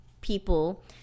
people